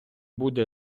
буде